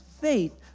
faith